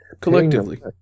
Collectively